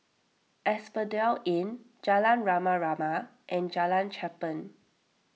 Asphodel Inn Jalan Rama Rama and Jalan Cherpen